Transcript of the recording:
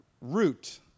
Root